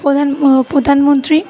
প্রধান প্রধানমন্ত্রী